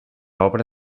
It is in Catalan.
obra